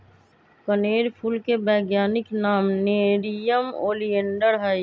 कनेर फूल के वैज्ञानिक नाम नेरियम ओलिएंडर हई